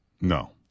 No